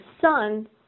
son